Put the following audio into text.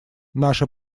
наше